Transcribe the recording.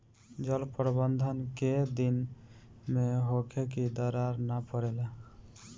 जल प्रबंधन केय दिन में होखे कि दरार न परेला?